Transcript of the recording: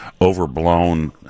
overblown